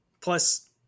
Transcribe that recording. Plus